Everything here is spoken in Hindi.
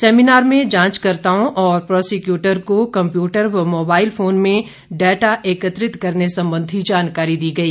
सेमिनार में जांचकर्ताओं और प्रोसिक्यूटर को कम्प्यूटर व मोबाइल फोन में डाटा एकत्रित करने संबंधी जानकारी दी गई